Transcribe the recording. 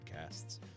podcasts